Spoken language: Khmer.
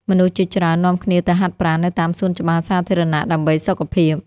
មនុស្សជាច្រើននាំគ្នាទៅហាត់ប្រាណនៅតាមសួនច្បារសាធារណៈ ដើម្បីសុខភាព។